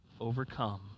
overcome